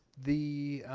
the.